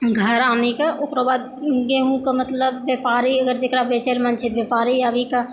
घर आनिकऽ ओकरोबाद गेहूँके मतलब व्यापारी अगर जकरा बेचै रऽ मोन छै तऽ व्यापारी आबिकऽ